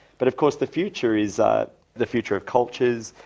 but of course the future is the future of cultures,